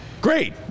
Great